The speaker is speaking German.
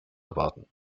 erwarten